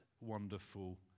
wonderful